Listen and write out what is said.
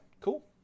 cool